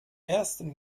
ersten